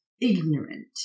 ignorant